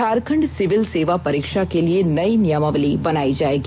Jharkhand civil सेवा परीक्षा के लिए नयी नियमावली बनायी जायेगी